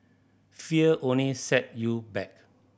fear only set you back